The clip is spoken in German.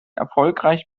erfolgreich